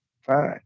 fine